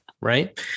right